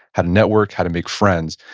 how to network, how to make friends.